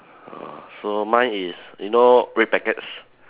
ah so mine is you know red packets